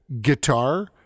guitar